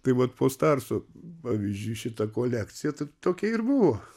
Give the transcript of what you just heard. tai vat post arso pavyzdžiui šita kolekcija tai tokia ir buvo